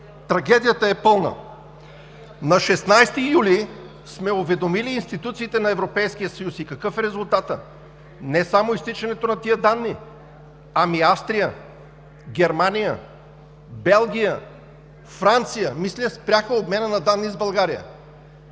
Трагедията е пълна. На 16 юли сме уведомили институциите на Европейския съюз. И какъв е резултатът? Не само изтичането на тези данни, ами Австрия, Германия, Белгия, Франция, мисля, спряха обмена на данни с България.